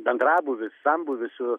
bendrabūvis sambūvis su